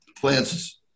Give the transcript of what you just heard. plants